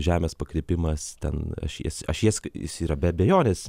žemės pakrypimas ten ašies ašies jis yra be abejonės